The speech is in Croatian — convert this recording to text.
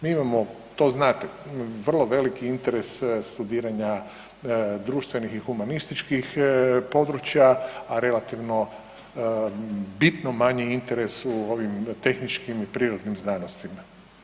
Mi imamo, to znate, vrlo veliki interes studiranja društvenih i humanističkih područja, a relativno bitno manji interes u ovim tehničkim i prirodnim znanostima.